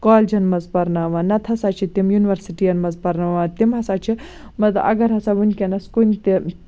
کالیجَن منٛز پَرناوان نتہٕ ہسا چھِ تِم یوٗنِیورسِٹین منٛز پَرناوان تِم ہسا چھِ مطلب اَگر ہسا ؤنکیٚنَس کُنہِ تہِ